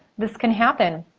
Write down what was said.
this can happen.